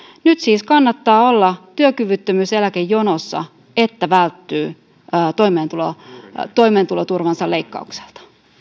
nyt siis kannattaa olla työkyvyttömyyseläkejonossa että välttyy toimeentuloturvansa leikkaukselta